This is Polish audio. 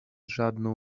żadną